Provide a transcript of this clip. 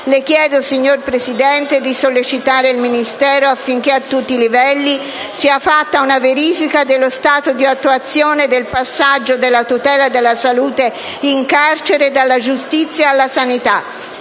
le chiedo, signor Presidente, di sollecitare il Ministero affinché, a tutti i livelli, sia fatta una verifica dello stato di attuazione del passaggio della tutela della salute in carcere dalla Giustizia alla Sanità.